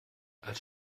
als